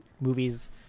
Movies